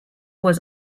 was